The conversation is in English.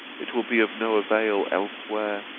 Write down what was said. it will be of no avail elsewhere.